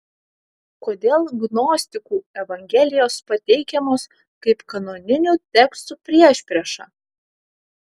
kodėl gnostikų evangelijos pateikiamos kaip kanoninių tekstų priešprieša